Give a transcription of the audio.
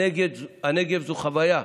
הנגב זו חוויה.